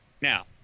Now